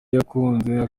yakunze